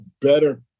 better